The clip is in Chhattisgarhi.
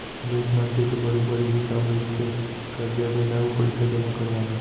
बेंक मन के तो बरोबर इहीं कामे रहिथे करजा देना अउ पइसा जमा करवाना